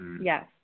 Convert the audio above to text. Yes